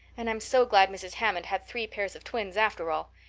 and i'm so glad mrs. hammond had three pairs of twins after all.